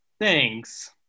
Thanks